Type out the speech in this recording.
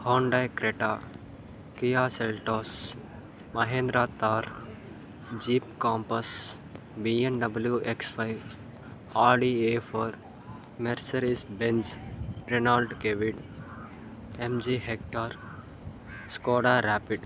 Hyundai Creta Kia Seltos Mahindra Thar Jeep Compass BMW X five Audi A four Mercedes Benz Renault Kwid MG Hector Skoda rapid